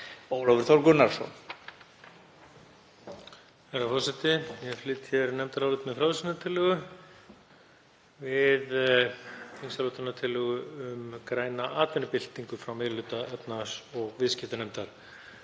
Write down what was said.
(Ólafur Þór Gunnarsson)